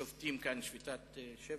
שובתים כאן שביתת שבת,